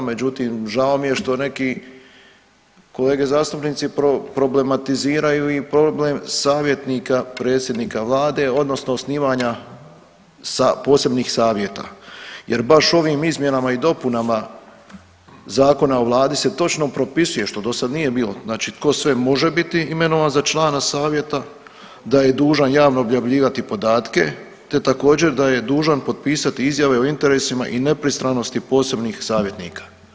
Međutim, žao mi je što neki kolege zastupnici problematiziraju i problem savjetnika predsjednika vlade odnosno osnivanja sa posebnih savjeta jer baš ovim izmjenama i dopunama Zakona o vladi se točno propisuje što dosada nije bilo znači tko sve može biti imenovan za člana savjeta, da je dužan javno objavljivati podatke te također da je dužan potpisati izjave o interesima i nepristranosti posebnih savjetnika.